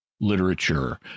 literature